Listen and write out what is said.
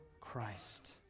Christ